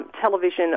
television